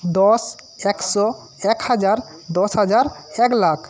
দশ একশো এক হাজার দশ হাজার এক লাখ